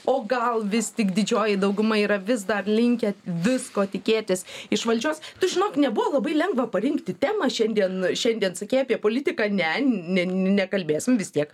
o gal vis tik didžioji dauguma yra vis dar linkę visko tikėtis iš valdžios tu žinok nebuvo labai lengva parinkti temą šiandien šiandien sakei apie politiką ne ne nekalbėsim vis tiek